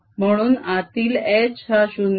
म्हणून आतील H हा 0 आहे